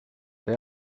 they